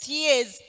years